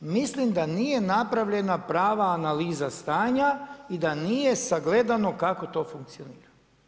Mislim da nije napravljena prava analiza stanja i da nije sagledano kako to funkcionira.